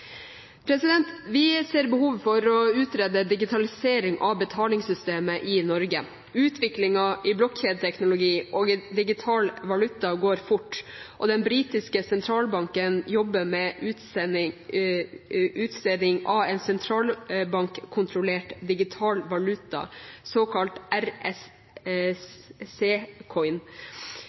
Vi ser behovet for å utrede digitalisering av betalingssystemet i Norge. Utviklingen i blokk-kjedeteknologi og digital valuta går fort, og den britiske sentralbanken jobber med utsteding av en sentralbankkontrollert digital valuta, såkalt